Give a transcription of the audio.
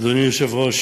אדוני היושב-ראש,